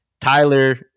tyler